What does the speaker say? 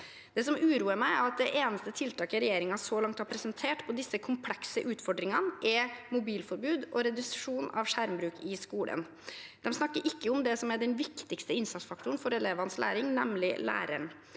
Det som uroer meg, er at det eneste tiltaket regjeringen så langt har presentert mot disse komplekse utfordringene, er mobilforbud og reduksjon av skjermbruk i skolen. De snakker ikke om det som er den viktigste innsatsfaktoren for elevenes læring, nemlig læreren.